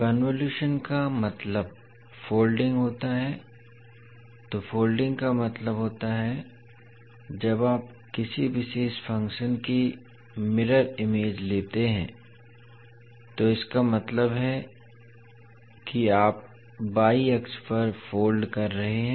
convolution का मतलब folding होता है तो फोल्डिंग का मतलब होता है कि जब आप किसी विशेष फंक्शन की मिरर इमेज लेते हैं तो इसका मतलब है कि आप वाई अक्ष पर फोल्ड कर रहे हैं